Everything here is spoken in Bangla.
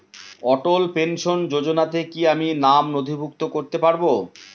অটল পেনশন যোজনাতে কি আমি নাম নথিভুক্ত করতে পারবো?